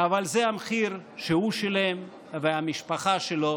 אבל זה המחיר שהוא שילם והמשפחה שלו